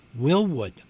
Willwood